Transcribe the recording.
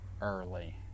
early